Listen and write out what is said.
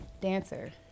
dancer